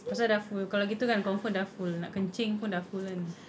pasal dah full kalau gitu kan confirm dah full nak kencing pun dah full kan